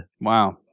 Wow